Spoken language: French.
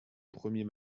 premier